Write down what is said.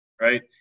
right